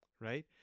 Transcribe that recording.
Right